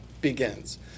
begins